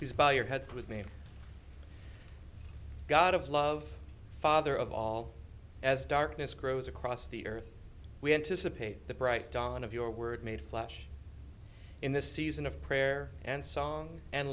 he's by your head with me god of love father of all as darkness grows across the earth we anticipate the bright dawn of your word made flesh in this season of prayer and song and